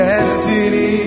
Destiny